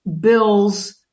bills